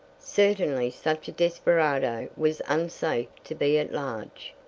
certainly such a desperado was unsafe to be at large.